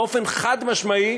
באופן חד-משמעי